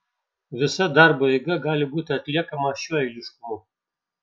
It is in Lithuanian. visa darbo eiga gali būti atliekama šiuo eiliškumu